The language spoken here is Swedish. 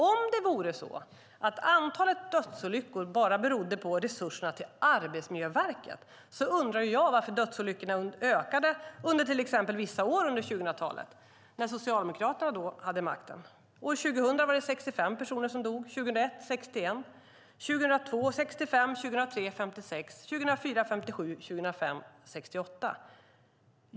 Om antalet dödsolyckor bara beror på resurserna till Arbetsmiljöverket undrar jag varför dödsolyckorna ökade under vissa år på 2000-talet när Socialdemokraterna hade makten. År 2000 dog 65 personer, 2001 dog 61, 2002 dog 65, 2003 dog 56, 2004 dog 57 och 2005 dog 68.